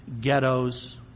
ghettos